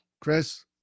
Chris